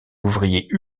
ouvrier